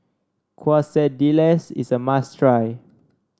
quesadillas is a must try